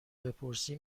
بپرسی